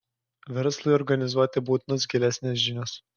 verslui organizuoti būtinos gilesnės žinios